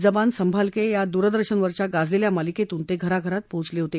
जबान संभालके या दूरदर्शनवरच्या गाजलेल्या मालिकेतून ते घराघरात पोचले होते